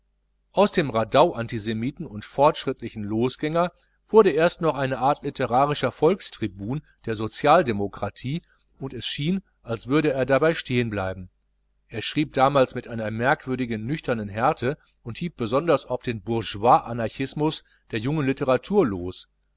ans dem raddau antisemiten und fortschrittlichen losgänger wurde erst noch eine art litterarischer volkstribun der sozialdemokratie und es schien als würde er dabei stehen bleiben er schrieb damals mit einer merkwürdigen nüchternen härte und hieb besonders auf den bourgeois anarchismus der jungen litteratur los